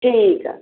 ਠੀਕ ਆ